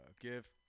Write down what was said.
give